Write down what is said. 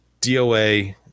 DOA